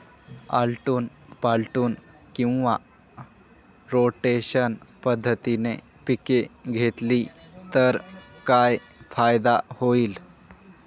आलटून पालटून किंवा रोटेशन पद्धतीने पिके घेतली तर काय फायदा होईल?